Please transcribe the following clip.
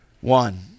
One